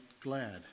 glad